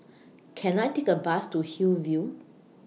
Can I Take A Bus to Hillview